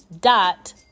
dot